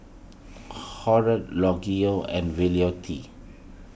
Harold Rogelio and Violette